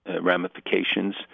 ramifications